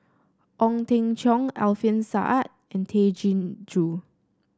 Ong Teng Cheong Alfian Sa'at and Tay Chin Joo